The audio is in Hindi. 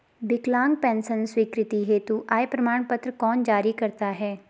विकलांग पेंशन स्वीकृति हेतु आय प्रमाण पत्र कौन जारी करता है?